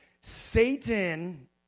Satan